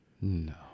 No